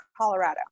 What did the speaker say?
Colorado